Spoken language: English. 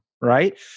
right